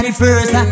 first